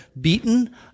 beaten